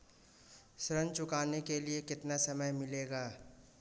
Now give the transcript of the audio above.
ऋण चुकाने के लिए कितना समय मिलेगा?